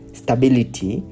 stability